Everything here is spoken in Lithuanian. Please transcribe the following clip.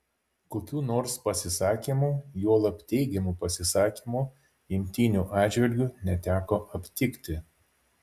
kokių nors pasisakymų juolab teigiamų pasisakymų imtynių atžvilgiu neteko aptikti